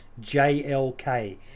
JLK